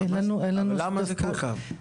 למה זה ככה?